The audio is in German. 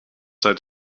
seit